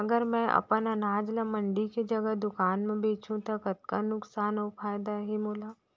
अगर मैं अपन अनाज ला मंडी के जगह दुकान म बेचहूँ त कतका नुकसान अऊ फायदा हे मोला?